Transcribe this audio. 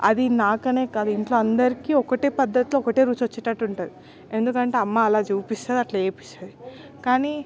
అది నాకనే కాదు ఇంట్లో అందరికి ఒకటే పద్దతి ఒకటే రుచొచ్చేటట్టుంటుంది ఎందుకంటే అమ్మ అలా చూపిస్తుంది అట్ల చేపిస్తది కానీ